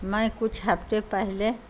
میں کچھ ہفتے پہلے